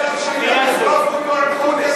לא חבל על הנייר, שנשרוף אותו, עם חוק כזה?